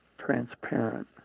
transparent